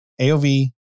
AOV